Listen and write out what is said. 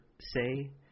say